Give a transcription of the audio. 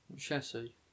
Chassis